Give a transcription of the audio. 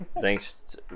Thanks